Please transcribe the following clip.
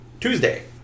tuesday